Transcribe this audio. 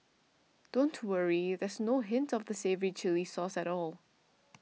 don't worry there's no hint of the savoury chilli sauce at all